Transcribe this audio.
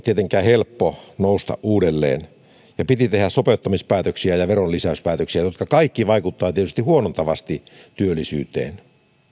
tietenkään helppo nousta uudelleen ja edellisen hallituksen piti tehdä sopeuttamispäätöksiä ja veronlisäyspäätöksiä jotka kaikki vaikuttavat tietysti huonontavasti työllisyyteen